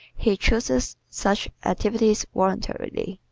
he chooses such activities voluntarily.